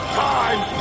time